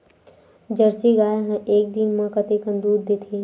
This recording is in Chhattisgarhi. जर्सी गाय ह एक दिन म कतेकन दूध देथे?